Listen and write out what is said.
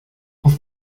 auf